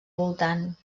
voltant